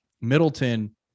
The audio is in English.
Middleton